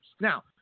Now